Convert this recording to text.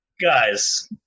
guys